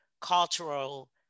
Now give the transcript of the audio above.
cultural